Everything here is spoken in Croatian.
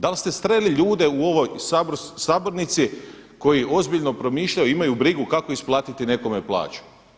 Da li ste sreli ljude u ovoj sabornici koji ozbiljno promišljaju, imaju brigu kako isplatiti nekome plaću.